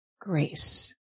grace